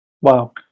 Wow